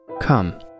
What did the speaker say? Come